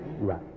right